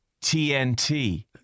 TNT